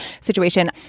situation